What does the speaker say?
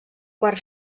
quart